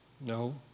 No